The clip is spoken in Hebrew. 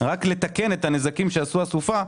רק לתקן את הנזקים שיצרה הסופה,